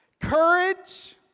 Courage